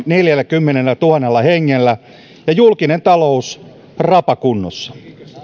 neljälläkymmenellätuhannella hengellä ja julkinen talous rapakunnossa